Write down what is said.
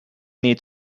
need